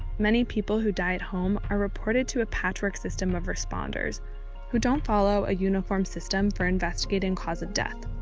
many people who die at home are reported to a patchwork system of responders who don't follow a uniform system for investigating cause of death.